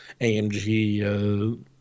AMG